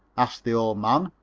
asked the old man.